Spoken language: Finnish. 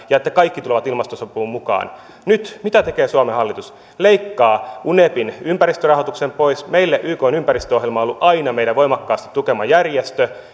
jotta kaikki tulevat ilmastosopuun mukaan nyt mitä tekee suomen hallitus leikkaa unefin ympäristörahoituksen pois ykn ympäristöohjelma on ollut aina meidän voimakkaasti tukema järjestö